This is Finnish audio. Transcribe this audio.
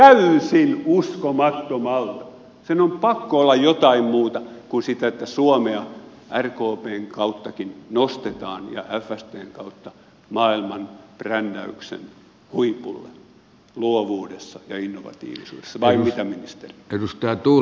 sen on pakko olla jotain muuta kuin sitä että suomea rkpn ja fstn kauttakin nostetaan maailman brändäyksen huipulle luovuudessa ja innovatiivisuudessa vai mitä ministeri